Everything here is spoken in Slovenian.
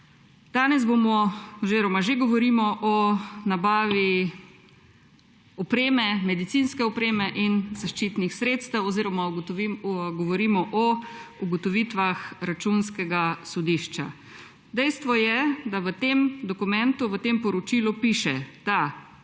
danes tukaj! Danes govorimo o nabavi opreme, medicinske opreme in zaščitnih sredstev oziroma govorimo o ugotovitvah Računskega sodišča. Dejstvo je, da v tem dokumentu, v tem poročilu piše,